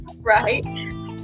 right